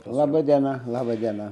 laba diena laba diena